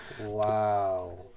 wow